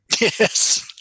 Yes